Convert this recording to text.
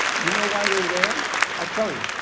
you know why they're there i'll tell you.